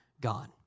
gone